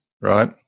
right